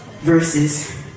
verses